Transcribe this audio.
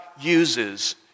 uses